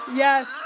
Yes